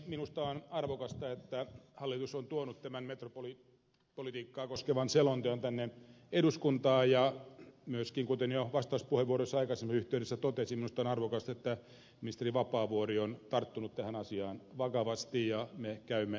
minusta on arvokasta että hallitus on tuonut tämän metropolipolitiikkaa koskevan selonteon tänne eduskuntaan ja myöskin kuten jo vastauspuheenvuorossani aikaisemmassa yhteydessä totesin minusta on arvokasta että ministeri vapaavuori on tarttunut tähän asiaan vakavasti ja me käymme keskustelua